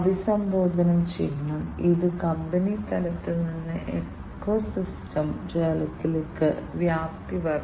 അതിനാൽ ഒരു പാൽ പാക്കേജിംഗ് യൂണിറ്റിൽ നിങ്ങൾ ഔട്ട്ലെറ്റ് ടാബിന് അനുസൃതമായി സെൻസറുകൾ ഇൻസ്റ്റാൾ ചെയ്യണം